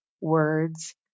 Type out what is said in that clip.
words